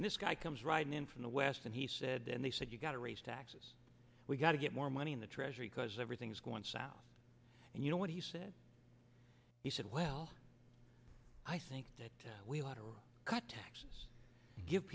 and this guy comes right in from the west and he said and they said you've got to raise tax we've got to get more money in the treasury because everything's going south and you know what he said he said well i think that we want to cut taxes give